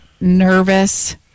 nervous